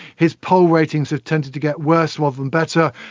his poll ratings have tended to get worse rather than better.